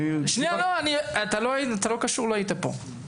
אתה לא קשור, לא היית פה.